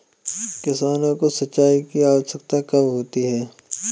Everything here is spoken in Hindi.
किसानों को सिंचाई की आवश्यकता कब होती है?